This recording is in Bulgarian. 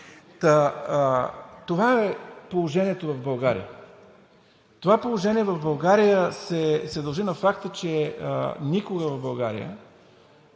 Това е положението в България. Това положение в България се дължи на факта, че никога в България